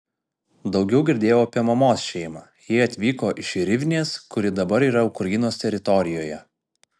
daugiau girdėjau apie mamos šeimą jie atvyko iš rivnės kuri dabar yra ukrainos teritorijoje